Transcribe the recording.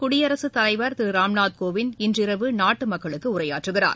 குடியரசுத் தலைவர் திரு ராம்நாத் கோவிந்த் இன்று இரவு நாட்டு மக்களுக்கு உரையாற்றுகிறார்